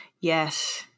Yes